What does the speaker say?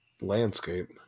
landscape